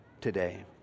today